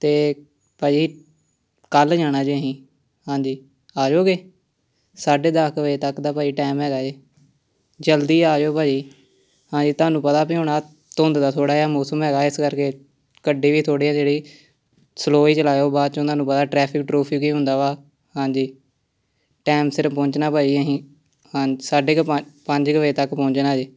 ਅਤੇ ਭਾਅ ਜੀ ਕੱਲ੍ਹ ਜਾਣਾ ਜੀ ਅਸੀਂ ਹਾਂਜੀ ਆ ਜੋਗੇ ਸਾਢੇ ਦਸ ਕੁ ਵਜੇ ਤੱਕ ਦਾ ਭਾਅ ਜੀ ਟਾਈਮ ਹੈਗਾ ਜੀ ਜਲਦੀ ਆ ਜਿਓ ਭਾਅ ਜੀ ਹਾਂਜੀ ਤੁਹਾਨੂੰ ਪਤਾ ਵੀ ਹੁਣ ਆਹ ਧੁੰਦ ਦਾ ਥੋੜ੍ਹਾ ਜਿਹਾ ਮੌਸਮ ਹੈਗਾ ਇਸ ਕਰਕੇ ਗੱਡੀ ਵੀ ਥੋੜ੍ਹੀ ਆ ਜਿਹੜੀ ਸਲੋ ਹੀ ਚਲਾਇਓ ਬਾਅਦ 'ਚ ਹੁਣ ਤੁਹਾਨੂੰ ਪਤਾ ਟਰੈਫਿਕ ਟਰੁਫ਼ਿਕ ਹੀ ਹੁੰਦਾ ਵਾ ਹਾਂਜੀ ਟਾਈਮ ਸਿਰ ਪਹੁੰਚਣਾ ਭਾਈ ਅਸੀਂ ਹਾਂਜੀ ਸਾਢੇ ਕੁ ਪੰਜ ਪੰਜ ਕੁ ਵਜੇ ਤੱਕ ਪਹੁੰਚਣਾ ਜੀ